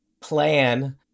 plan